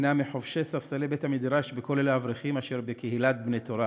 הם מחובשי ספסלי בית-המדרש בכולל האברכים אשר ב"קהילת בני תורה".